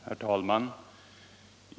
Herr talman!